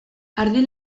ardi